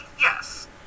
Yes